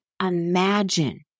imagine